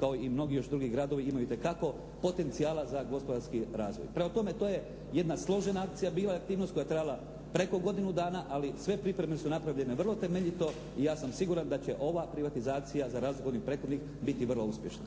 kao i mnogi još drugi gradovi imaju itekako potencijala za gospodarski razvoj. Prema tome to je jedna složena akcija bila, aktivnost koja je trajala preko godinu dana, ali sve pripreme su napravljene vrlo temeljito i ja sam siguran da će ova privatizacija za razliku od onih prethodnih biti vrlo uspješna.